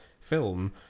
film